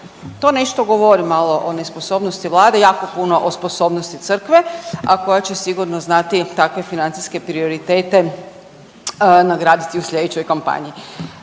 To nešto govori malo o nesposobnosti Vlade, a jako puno o sposobnosti crkve koja će sigurno znati takve financijske prioritete nagraditi u slijedećoj kampanji.